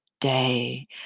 day